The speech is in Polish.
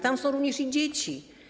Tam są również dzieci.